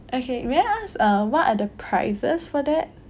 okay may I ask uh what are the prices for that